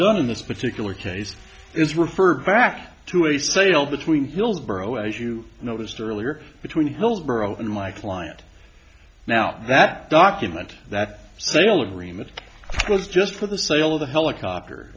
done in this particular case is referred back to a sale between hillsborough as you noticed earlier between hillsborough and my client now that document that sale agreement was just for the sale of the helicopter